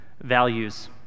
values